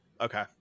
Okay